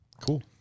cool